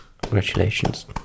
congratulations